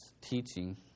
teaching